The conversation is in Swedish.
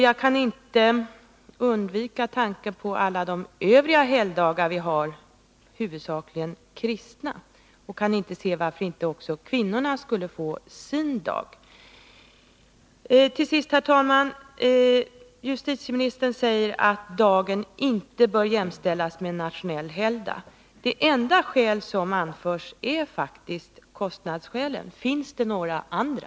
Jag kan inte undgå tanken på alla de övriga helgdagar vi har, huvudsakligen kristna. Jag kan inte se varför inte också kvinnorna skulle få sin helgdag. Till sist, herr talman! Justitieministern säger att dagen inte bör jämställas med en nationell helgdag. Det enda skäl som anförs är faktiskt kostnaderna. Finns det några andra?